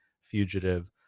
Fugitive